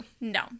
No